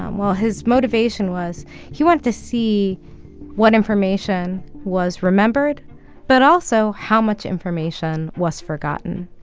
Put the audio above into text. um well, his motivation was he wanted to see what information was remembered but also how much information was forgotten